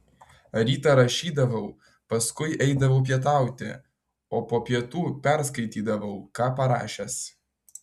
rytą rašydavau paskui eidavau pietauti o po pietų perskaitydavau ką parašęs